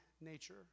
nature